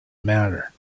matter